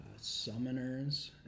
summoners